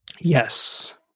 yes